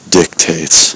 dictates